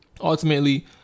ultimately